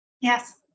Yes